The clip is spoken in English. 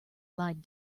lied